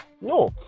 No